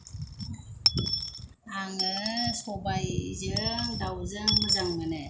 आङो सबायजों दावजों मोजां मोनो